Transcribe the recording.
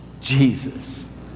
Jesus